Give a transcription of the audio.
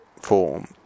form